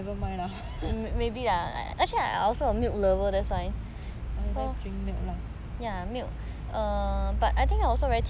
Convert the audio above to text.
oh you like to drink milk lah